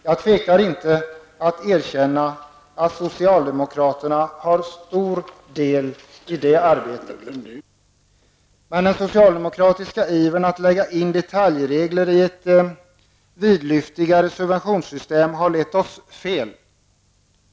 Jag tvekar inte att erkänna att socialdemokraterna har stor del i det arbetet. Men den socialdemokratiska ivern att lägga in detaljregler i ett vidlyftigt subventionssystem har lett oss fel.